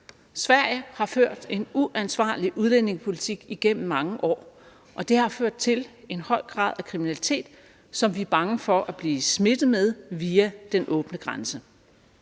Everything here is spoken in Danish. Sverige har ført en uansvarlig udlændingepolitik igennem mange år, og det har ført til en høj grad af kriminalitet, som vi er bange for at blive smittet med via den åbne grænse.